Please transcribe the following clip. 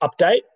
update